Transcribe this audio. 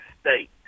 state